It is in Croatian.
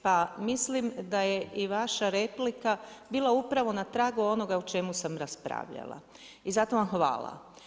Pa mislim da je i vaša replika bila upravo na tragu onoga o čemu sam raspravljala i zato vam hvala.